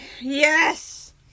Yes